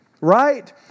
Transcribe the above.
right